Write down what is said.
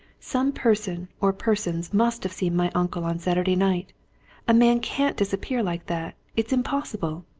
some person or persons must have seen my uncle on saturday night a man can't disappear like that. it's impossible!